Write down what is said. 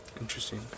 Interesting